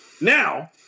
Now